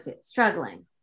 struggling